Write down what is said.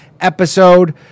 episode